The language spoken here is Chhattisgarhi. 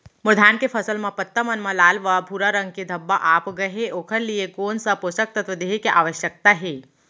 मोर धान के फसल म पत्ता मन म लाल व भूरा रंग के धब्बा आप गए हे ओखर लिए कोन स पोसक तत्व देहे के आवश्यकता हे?